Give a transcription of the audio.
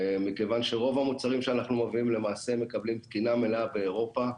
מכיוון שרוב המוצרים שאנחנו מביאים למעשה מקבלים תקינה מלאה באירופה,